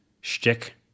Shtick